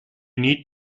need